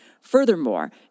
Furthermore